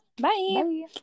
Bye